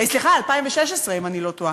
סליחה, 2016, אם אני לא טועה.